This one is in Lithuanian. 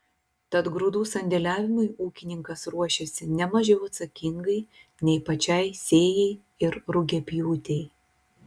tad grūdų sandėliavimui ūkininkas ruošiasi ne mažiau atsakingai nei pačiai sėjai ir rugiapjūtei